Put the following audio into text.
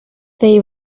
they